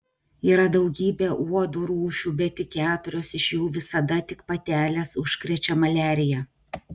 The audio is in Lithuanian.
yra daugybė uodų rūšių bet tik keturios iš jų visada tik patelės užkrečia maliarija